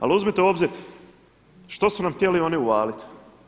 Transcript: Ali uzmite u obzir što su nam htjeli oni uvaliti?